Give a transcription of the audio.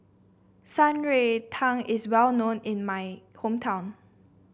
Shan Rui Tang is well known in my hometown